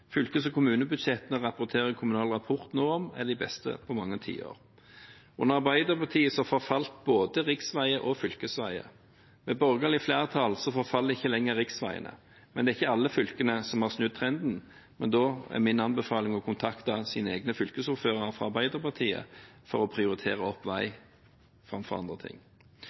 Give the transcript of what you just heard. fylkes- og kommunebudsjettene er de beste på mange tiår. Under Arbeiderpartiet forfalt både riksveier og fylkesveier. Med borgerlig flertall forfaller ikke lenger riksveiene, men det er ikke alle fylkene som har snudd trenden. Da er min anbefaling å kontakte sine egne fylkesordførere fra Arbeiderpartiet for å få prioritert opp vei framfor andre ting.